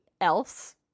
else